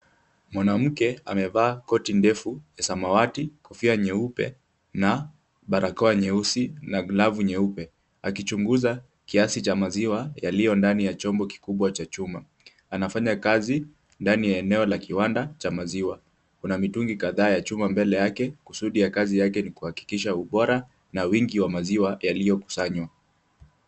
Mwanamke amevaa koti ndefu ya samawati, kofia nyeupe na barakoa nyeusi na glavu nyeupe akichunguza kiasi cha maziwa yaliyo ndani ya chombo kikubwa cha chuma. Anafanya kazi ndani ya eneo la kiwanda cha maziwa. Kuna mitungi kadhaa ya chuma mbele yake. Kusudi ya kazi yake ni kuhakikisha ubora na wingi wa maziwa yaliyokusanywa.